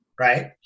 right